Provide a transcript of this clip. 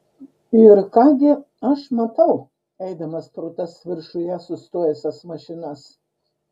ir ką gi aš matau eidamas pro tas viršuje sustojusias mašinas